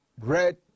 red